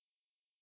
mmhmm